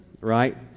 Right